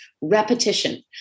repetition